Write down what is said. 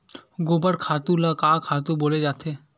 गोबर खातु ल का खातु बोले जाथे?